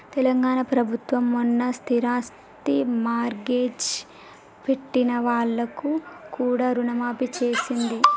తెలంగాణ ప్రభుత్వం మొన్న స్థిరాస్తి మార్ట్గేజ్ పెట్టిన వాళ్లకు కూడా రుణమాఫీ చేసింది